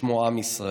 ששמו עם ישראל".